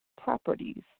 properties